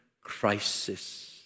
crisis